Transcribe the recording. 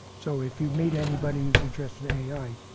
so if you meet anybody who's interested in ai,